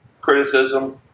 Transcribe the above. criticism